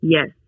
Yes